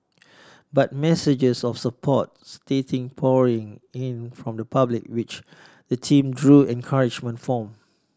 but messages of support started pouring in from the public which the team drew encouragement from